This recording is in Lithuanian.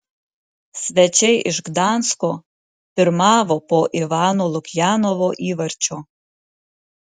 svečiai iš gdansko pirmavo po ivano lukjanovo įvarčio